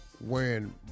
wearing